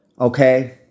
Okay